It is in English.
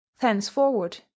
thenceforward